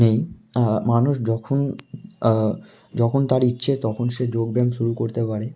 নেই মানুষ যখন যখন তার ইচ্ছে তখন সে যোগব্যায়াম শুরু করতে পারে